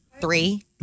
Three